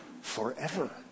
forever